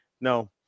no